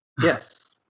Yes